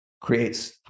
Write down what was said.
creates